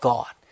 God